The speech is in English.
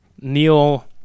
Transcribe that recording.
Neil